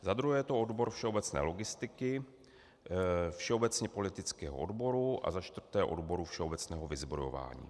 Za druhé je to odbor všeobecné logistiky, všeobecně politického odboru a za čtvrté odboru všeobecného vyzbrojování.